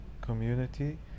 community